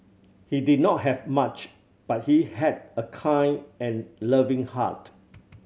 he did not have much but he had a kind and loving heart